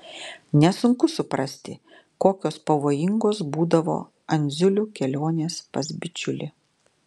nesunku suprasti kokios pavojingos būdavo andziulių kelionės pas bičiulį